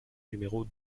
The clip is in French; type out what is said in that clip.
numéro